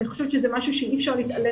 אני חושבת שזה משהו שאי אפשר להתעלם